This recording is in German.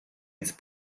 jetzt